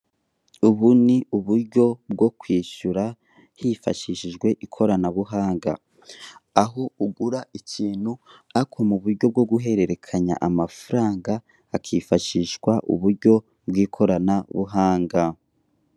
Ubu ni uburyo bwo kwishyura hifashishijwe ikoranabuhanga, aho ugura ikintu ariko muburyo bwo kwishyura hakifashishwa ikoranabuhanga.